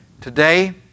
Today